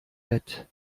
bett